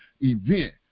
event